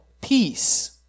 peace